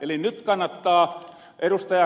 eli nyt kannattaa ed